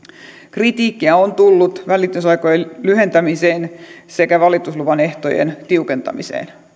kritiikkiä on tullut valitusaikojen lyhentämisestä sekä valitusluvan ehtojen tiukentamisesta